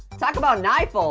talk about an eye full.